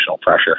pressure